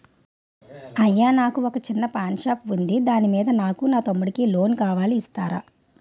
అయ్యా నాకు వొక చిన్న పాన్ షాప్ ఉంది దాని మీద నాకు మా తమ్ముడి కి లోన్ కావాలి ఇస్తారా?